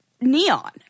neon